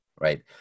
right